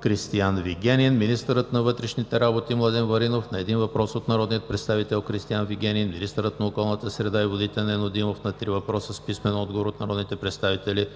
Кристиан Вигенин; - министърът на вътрешните работи Младен Маринов на един въпрос от народния представител Кристиан Вигенин; - министърът на околната среда и водите Нено Димов на три въпроса с писмен отговор от народните представители